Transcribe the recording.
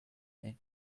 est